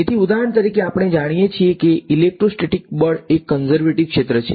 તેથી ઉદાહરણ તરીકે આપણે જાણીએ છીએ કે ઇલેક્ટ્રોસ્ટેટિક બળ એક કન્ઝર્વેટીવ ક્ષેત્ર છે